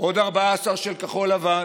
עוד 14 של כחול לבן,